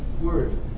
word